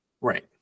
Right